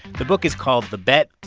the book is called the bet.